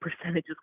percentages